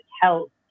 help